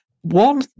One